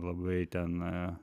labai ten